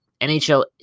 NHL